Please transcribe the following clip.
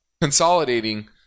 consolidating